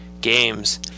games